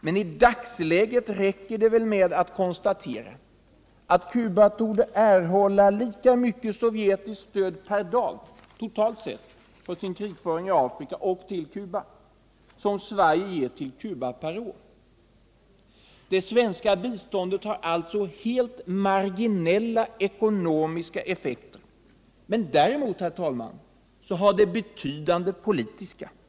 Men i dagsläget räcker det väl med att konstatera att Cuba torde erhålla lika mycket sovjetiskt stöd per dag totalt sett för sin krigföring i Afrika och till Cuba som Sverige ger till Cuba per år. Det svenska biståndet har alltså helt marginella ekonomiska effekter. Men däremot, herr talman, har det betydande politiska effekter.